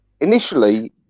initially